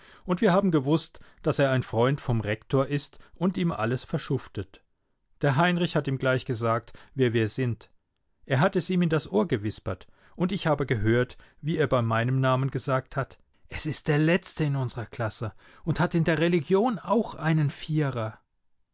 und wir haben gewußt daß er ein freund vom rektor ist und ihm alles verschuftet der heinrich hat ihm gleich gesagt wer wir sind er hat es ihm in das ohr gewispert und ich habe gehört wie er bei meinem namen gesagt hat es ist der letzte in unserer klasse und hat in der religion auch einen vierer